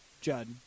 Judd